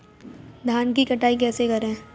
धान की कटाई कैसे करें?